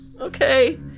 Okay